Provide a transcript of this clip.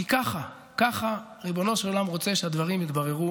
כי ככה, ככה ריבונו של עולם רוצה שהדברים יתבררו